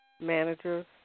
managers